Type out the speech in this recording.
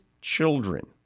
children